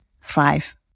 thrive